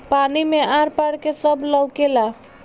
पानी मे आर पार के सब लउकेला